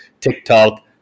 tiktok